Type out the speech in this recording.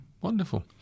Wonderful